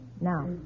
Now